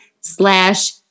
slash